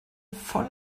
voll